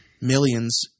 Millions